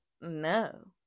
no